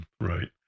right